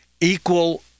equal